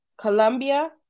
Colombia